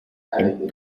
and